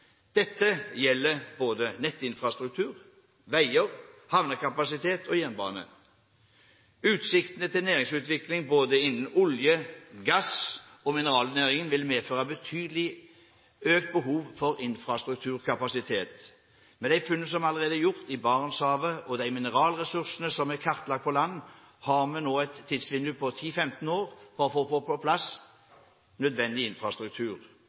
Dette gjelder både nettinfrastruktur, veier, havnekapasitet og jernbane. Utsiktene til næringsutvikling innen både olje og gass og mineralnæringen vil medføre betydelig økt behov for infrastrukturkapasitet. Med de funn som allerede er gjort i Barentshavet, og de mineralressurser som er kartlagt på land, har man nå et tidsvindu på 10–15 år for å få på plass nødvendig infrastruktur.